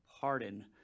pardon